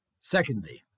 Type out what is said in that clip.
Secondly